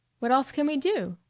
what else can we do?